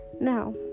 now